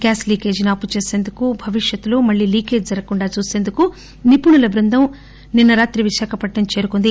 gas లీకేజీని ఆపు చేసేందుకు భవిష్యత్తులో మళ్లీ లీకేజీ జరగకుండా చూసేందుకు నిపుణుల బృందం సేను రాత్రి విశాఖపట్సం చేరుకుంది